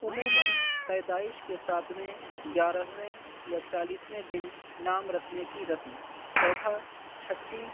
عموماً پیدائش کے ساتھ میں گیارہویں یا چالیسویں دن نام رکھنے کی رسم چوتھا چھٹی